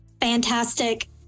fantastic